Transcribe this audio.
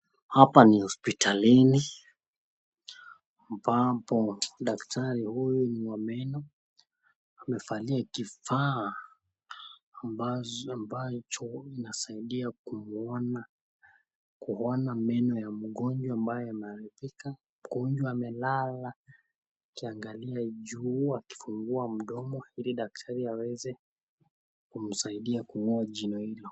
Hapa ni hospitalini ambapo huyu daktari ni wa meno hufanyia kifaa ambacho inasaidia kuona meno ya mgonjwa ambaye ana uhakika. Mgonjwa amelala akiangalia juu akifungua mdomo ili daktari aweze kumsidia kungoa jino hilo.